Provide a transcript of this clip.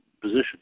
position